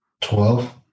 Twelve